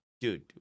dude